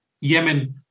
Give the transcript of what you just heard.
Yemen